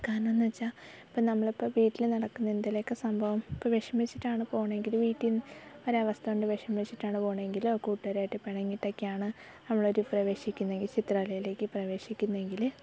കാരണംന്നു വെച്ചാൽ ഇപ്പം നമ്മളിപ്പം വീട്ടിൽ നടക്കുന്ന എന്തെങ്കിലുമോക്കെ സംഭവം ഇപ്പം വിഷമിച്ചിട്ടാണ് പോണേങ്കിൽ വീട്ടിന്ന് ഒരവസ്ഥ കൊണ്ട് വിഷമിച്ചിട്ടാണ് പോണേങ്കിൽ കൂടുകാരായിട്ട് പിണങ്ങിയിട്ടൊക്കെയാണ് നമ്മളൊരു പ്രവേശിക്കുന്നതെങ്കിൽ ചിത്രകലയിലേക്ക് പ്രവേശിക്കുന്നതെങ്കിൽ